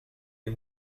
les